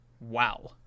wow